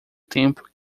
tempo